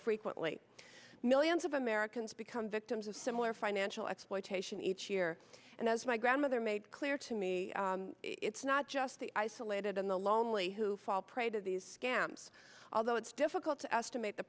frequently millions of americans become victims of similar financial exploitation each year and as my grandmother made clear to me it's not just the isolated in the lonely who fall prey to these scams although it's difficult to estimate the